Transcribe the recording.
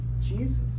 Jesus